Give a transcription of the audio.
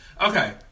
Okay